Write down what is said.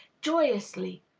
joyously,